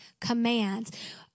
commands